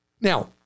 Now